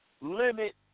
limit